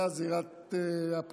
ואז זירת הפנים,